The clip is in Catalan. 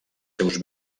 seus